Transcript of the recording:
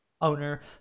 owner